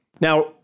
Now